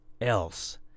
else